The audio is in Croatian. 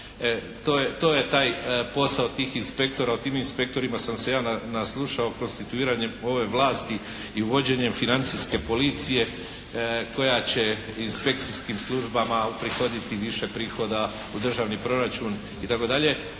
To je taj posao tih inspektora. O tim inspektorima sam se ja naslušao konstituiranjem ove vlasti i uvođenjem Financijske policije koja će inspekcijskim službama uprihoditi više prihoda u državni proračun, itd.